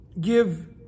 give